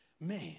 man